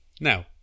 Now